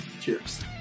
Cheers